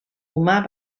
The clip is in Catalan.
humà